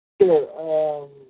Sure